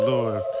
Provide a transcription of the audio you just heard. Lord